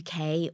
UK